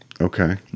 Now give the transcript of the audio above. Okay